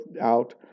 out